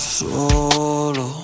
solo